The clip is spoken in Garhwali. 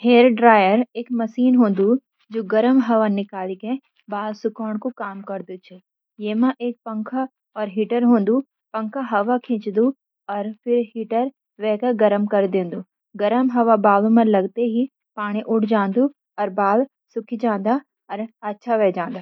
हेयर ड्रायर एक मशीन होदी जु गरम हवा निकाल के बाल सुखो न कु काम करदी। इमे एक पंखा और हीटर होदु । पंखा हवा खींचदु, फिर हीटर वे गरम कर दु । गरम हवा बालों में लगदी ही पानी उड़ जां दु और बाल सूख जां दा ।